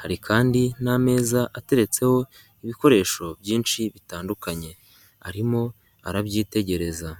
hari kandi n'ameza ateretseho ibikoresho byinshi bitandukanye, arimo arabyitegereza.